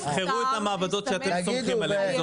תבחרו את המעבדות שאתם סומכים עליהן.